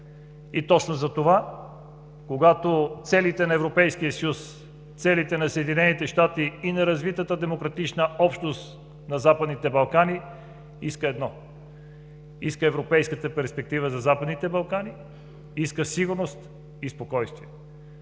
и точно когато целите на Европейския съюз, целите на Съединените щати и на развитата демократична общност на Западните Балкани иска едно: иска европейската перспектива за Западните Балкани, иска сигурност и спокойствие.